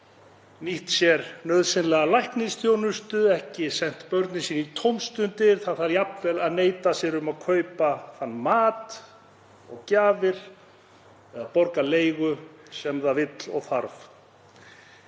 nýtt sér nauðsynlega læknisþjónustu, ekki sent börnin sín í tómstundir, það þarf jafnvel að neita sér um að kaupa mat og gjafir og það þarf